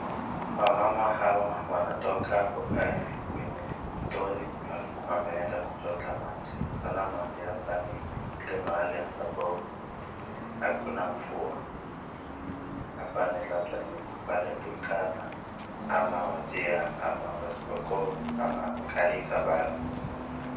Wamama hawa wanatoka kwenye mtoni, walikuwa wameenda kuchota maji, tena mahali hapa ni mahali ambapo hakuna mvua nyingi, hapa ni labda ni pale Turkana ama Wajir ama West Pokot ama Garissa mbali.